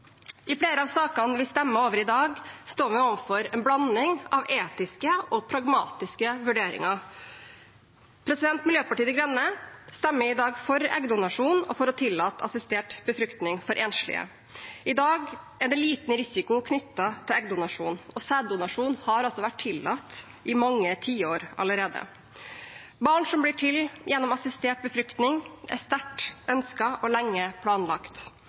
I flere av sakene vi stemmer over i dag, står vi overfor en blanding av etiske og pragmatiske vurderinger. Miljøpartiet De Grønne stemmer i dag for eggdonasjon og for å tillate assistert befruktning for enslige. I dag er det liten risiko knyttet til eggdonasjon, og sæddonasjon har vært tillatt i mange tiår allerede. Barn som blir til gjennom assistert befruktning, er sterkt ønsket og lenge planlagt.